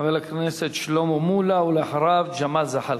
חבר הכנסת שלמה מולה, ואחריו, ג'מאל זחאלקה.